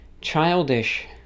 childish